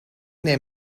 neem